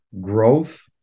growth